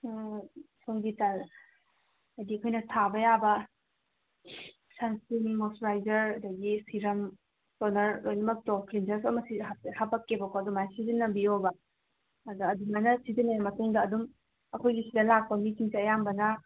ꯑꯥ ꯁꯣꯝꯒꯤ ꯍꯥꯏꯗꯤ ꯑꯩꯈꯣꯏꯅ ꯊꯥꯕ ꯌꯥꯕ ꯁꯟ ꯏꯁꯀꯔꯤꯟ ꯃꯣꯏꯆꯨꯔꯥꯏꯖꯔ ꯑꯗꯒꯤ ꯁꯤꯔꯝ ꯇꯣꯅꯔ ꯂꯣꯏꯅꯃꯛꯇꯣ ꯀ꯭ꯂꯤꯟꯖꯔꯁꯨ ꯑꯃ ꯍꯥꯄꯛꯀꯦꯕꯀꯣ ꯑꯗꯨꯃꯥꯏꯅ ꯁꯤꯖꯤꯟꯅꯕꯤꯌꯣꯕ ꯑꯗ ꯑꯗꯨꯃꯥꯏꯅ ꯁꯤꯖꯤꯟꯅꯔ ꯃꯇꯨꯡꯗ ꯑꯗꯨꯝ ꯑꯩꯈꯣꯏꯒꯤ ꯁꯤꯗ ꯂꯥꯛꯄ ꯃꯤꯁꯤꯡꯁꯦ ꯑꯌꯥꯝꯕꯅ